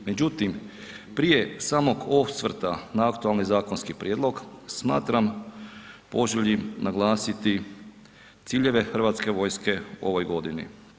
Međutim, prije samog osvrta na aktualni zakonski prijedlog smatram poželjnim naglasiti ciljeve Hrvatske vojske u ovoj godini.